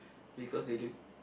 because they look